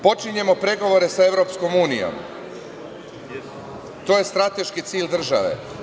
Počinjemo pregovore sa EU i to je strateški cilj države.